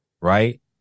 Right